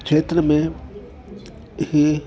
खेत्र में हीअ